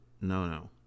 no-no